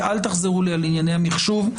ואל תחזרו לי על ענייני המחשוב,